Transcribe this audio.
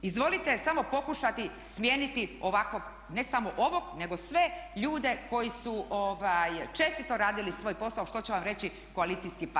Izvolite samo pokušati smijeniti ovakvog ne samo ovog, nego sve ljude koji su čestito radili svoj posao što će vam reći koalicijski partner.